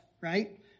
right